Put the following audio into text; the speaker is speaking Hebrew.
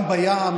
גם בים.